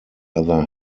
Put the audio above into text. other